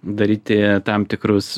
daryti tam tikrus